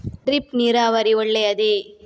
Drip ನೀರಾವರಿ ಒಳ್ಳೆಯದೇ?